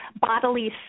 bodily